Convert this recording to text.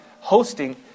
hosting